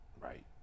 Right